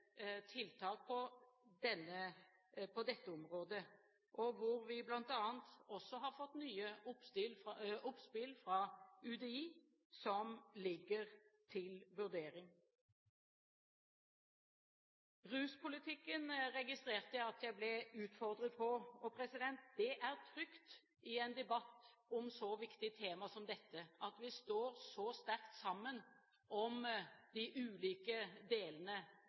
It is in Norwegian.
tiltak på dette området. Vi har bl.a. også fått nye oppspill fra UDI som ligger til vurdering. Jeg registrerte at jeg ble utfordret på ruspolitikken. Det er trygt i en debatt om et så viktig tema som dette at vi står sterkt sammen om de ulike delene,